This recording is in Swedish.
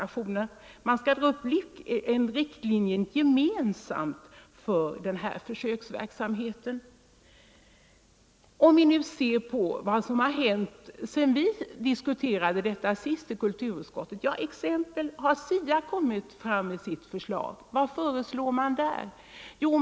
Arbetsgruppen bör få till uppgift att dra upp gemensamma riktlinjer för denna försöksverksamhet. Vad har nu hänt sedan vi senast diskuterade denna fråga i kulturutskottet? Jo, SIA-utredningen har exempelvis lagt fram sitt förslag. Vad föreslår man där?